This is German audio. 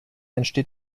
entsteht